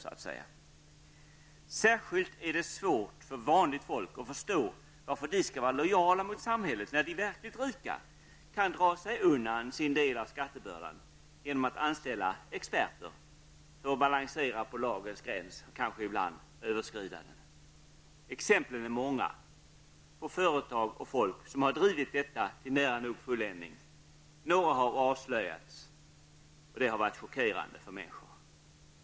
Det är särskilt svårt för vanligt folk att förstå varför de skall vara lojala mot samhället när de verkligt rika kan dra sig undan sin del av skattebördan genom att anställa experter för att balansera på lagens gräns och kanske ibland överskrida den. Exemplen är många på både företag och folk som har drivit detta till nära nog fulländning. Några har avslöjats, och det har varit chockerande för människor.